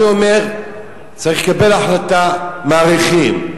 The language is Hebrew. אני אומר שצריך לקבל החלטה שמאריכים.